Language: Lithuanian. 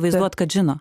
vaizduot kad žino